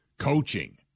coaching